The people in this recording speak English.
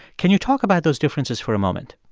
can you talk about those differences for a moment?